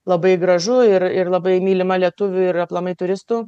labai gražu ir ir labai mylima lietuvių ir aplamai turistų